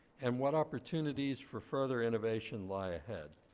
and what opportunities for further innovation lie ahead.